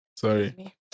Sorry